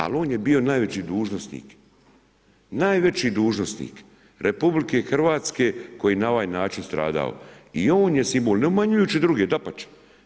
Al on je bio najveći dužnosnik, najveći dužnosnik RH koji je na ovaj način stradao i on je simbol, ne umanjujući druge, dapače.